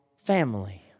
Family